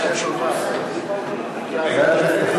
אז בוועדת הכנסת,